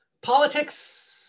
Politics